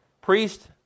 priest